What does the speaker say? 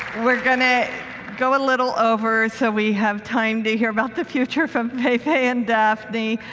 going to go a little over so we have time to hear about the future from faye faye and daphne.